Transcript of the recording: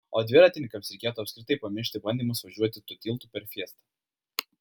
o dviratininkams reikėtų apskritai pamiršti bandymus važiuoti tuo tiltu per fiestą